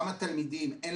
לכמה תלמידים אין